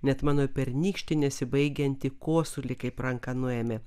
net mano pernykštį nesibaigiantį kosulį kaip ranka nuėmė